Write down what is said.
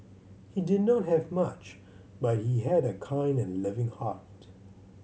he did not have much but he had a kind and loving heart